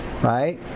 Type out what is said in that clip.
right